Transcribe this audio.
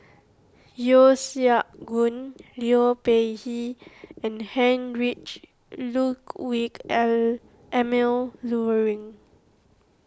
Yeo Siak Goon Liu Peihe and Heinrich Ludwig Emil Luering